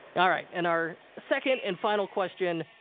yeah all right, and our second and final question,